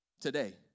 today